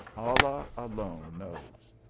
allah alone knows.